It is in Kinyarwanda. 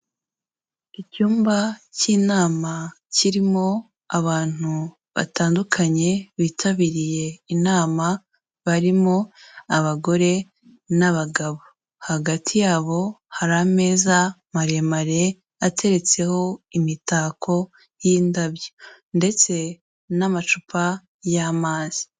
Icyumba cy'inama kirimo abantu batandukanye bitabiriye inama, barimo abagore n'abagabo. Hagati yabo hari ameza maremare ateretseho imitako y'indabyo ndetse n'amacupa y'amazi.